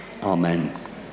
Amen